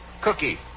Cookie